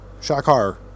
Shakar